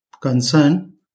concern